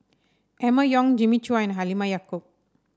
Emma Yong Jimmy Chua and Halimah Yacob